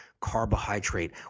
carbohydrate